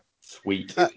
Sweet